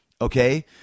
Okay